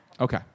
Okay